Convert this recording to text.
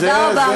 תודה רבה.